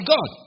God